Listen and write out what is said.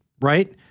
right